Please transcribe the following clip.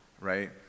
right